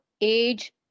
age